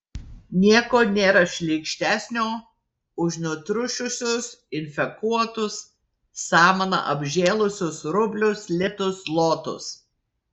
nieko nėra šlykštesnio už nutriušusius infekuotus samana apžėlusius rublius litus zlotus